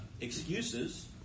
excuses